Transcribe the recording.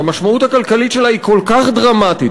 שהמשמעות הכלכלית שלה היא כל כך דרמטית,